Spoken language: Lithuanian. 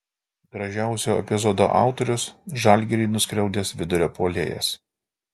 gražiausio epizodo autorius žalgirį nuskriaudęs vidurio puolėjas